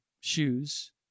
shoes